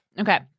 Okay